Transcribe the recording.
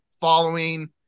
following